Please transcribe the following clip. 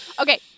okay